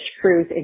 Cruise